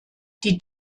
die